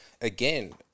again